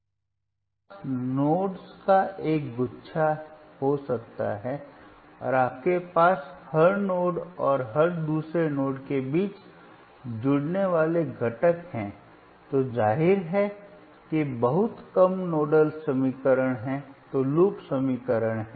आपके पास नोड्स का एक गुच्छा हो सकता है और आपके पास हर नोड और हर दूसरे नोड के बीच जुड़ने वाले घटक हैं तो जाहिर है कि बहुत कम नोडल समीकरण हैं तो लूप समीकरण हैं